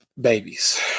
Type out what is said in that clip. babies